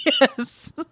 Yes